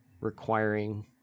requiring